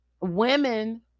Women